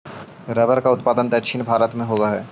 rubber का उत्पादन दक्षिण भारत में होवअ हई